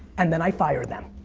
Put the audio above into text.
and then i fire them.